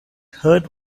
heart